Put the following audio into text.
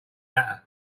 hatter